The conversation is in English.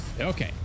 Okay